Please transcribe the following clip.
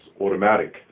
automatic